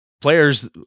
players